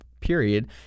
period